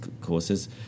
courses